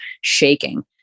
shaking